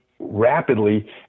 rapidly